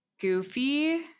Goofy